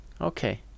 okay